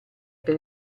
per